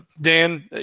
Dan